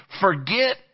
forget